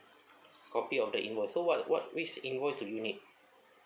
copy of the invoice so what what which invoice do you need